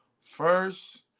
first